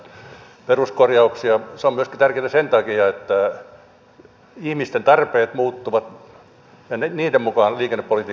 se on tärkeätä myöskin sen takia että ihmisten tarpeet muuttuvat ja niiden mukaan liikennepolitiikkaa kehitetään